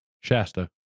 Shasta